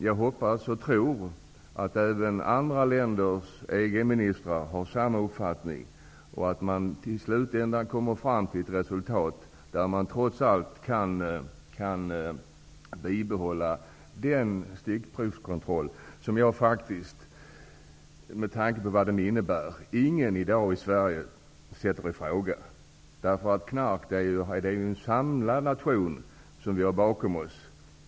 Jag hoppas, och vill tro, att även andra länders EG-ministrar har samma uppfattning och att resultatet i slutänden blir att det trots allt går att bibehålla den här stickprovskontrollen. Med tanke på vad den innebär är det ingen i dag i Sverige som ifrågasätter den. När det gäller knarket är det ju en samlad nation som stöder de åtgärder som vidtas.